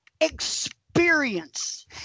Experience